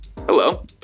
Hello